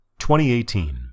2018